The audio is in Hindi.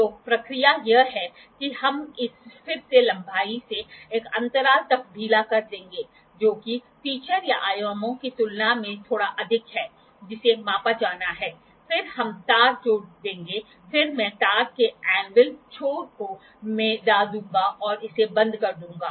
तो प्रक्रिया यह है कि हम इसे फिर से लंबाई से एक अंतराल तक ढीला कर देंगे जो कि फीचर या आयामों की तुलना में थोड़ा अधिक है जिसे मापा जाना है फिर हम तार जोड़ देंगे फिर मैं तार के एंविल छोर को में डाल दूंगा और इसे बंद कर दूंगा